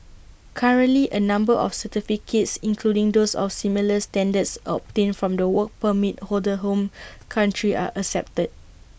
currently A number of certificates including those of similar standards obtained from the Work Permit holder's home country are accepted